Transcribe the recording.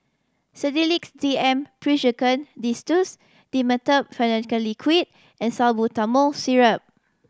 Sedilix D M Pseudoephrine Linctus Dimetapp Phenylephrine Liquid and Salbutamol Syrup